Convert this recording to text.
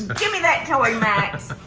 but gimme that toy, max.